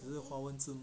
只是华文字